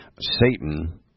Satan